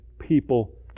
people